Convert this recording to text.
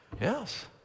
Yes